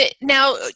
now